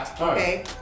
Okay